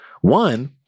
one